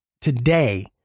today